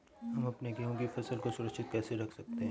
हम अपने गेहूँ की फसल को सुरक्षित कैसे रखें?